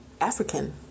African